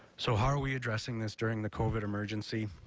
so how are we addressing this during the covid emergency?